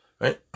Right